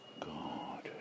God